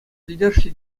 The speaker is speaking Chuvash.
пӗлтерӗшлӗ